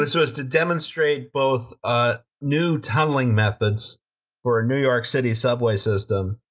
this was to demonstrate both ah new tunnelling methods for ah new york city's subway system,